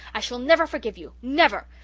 i shall never forgive you never.